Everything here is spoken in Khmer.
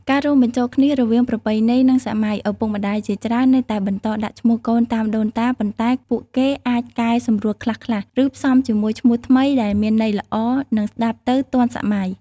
ការរួមបញ្ចូលគ្នារវាងប្រពៃណី និងសម័យ ឪពុកម្តាយជាច្រើននៅតែបន្តដាក់ឈ្មោះកូនតាមដូនតា ប៉ុន្តែពួកគេអាចកែសម្រួលខ្លះៗ ឬផ្សំជាមួយឈ្មោះថ្មីដែលមានន័យល្អ និងស្តាប់ទៅទាន់សម័យ។។